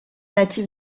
natif